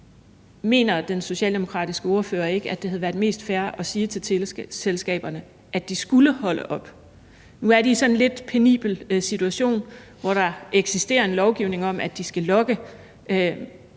Mener den socialdemokratiske ordfører ikke, at det ville være mest fair at sige til teleselskaberne, at de skulle holde op? Nu er de i sådan en lidt penibel situation, hvor der eksisterer en lovgivning om, at de skal logge,